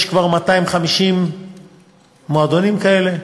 יש כבר 250 מועדונים כאלה,